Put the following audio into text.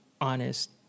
honest